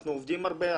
אנחנו עובדים הרבה יחד,